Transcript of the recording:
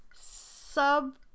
sub